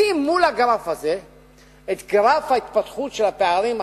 שים מול הגרף הזה את גרף ההתפתחות של הפערים החברתיים.